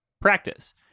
practice